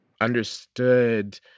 understood